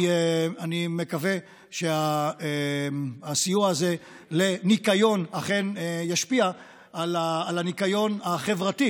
אני מקווה שהסיוע הזה לניקיון אכן ישפיע על הניקיון החברתי